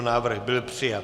Návrh byl přijat.